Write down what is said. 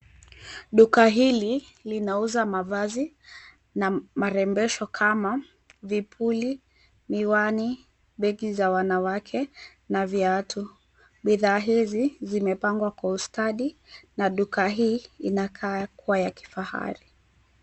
Duka hili linauza mavazi na marembesho kama vipuli, miwani, begi za wanawake na viatu. Bidhaa hizi zimepangwa kwa ustadi na duka hii inakaa kua ya kifahari.